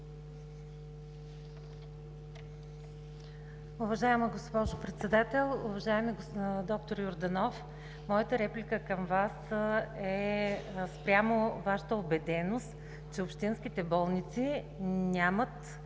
Уважаема госпожо Председател! Уважаеми д-р Йорданов, моята реплика към Вас е спрямо Вашата убеденост, че общинските болници нямат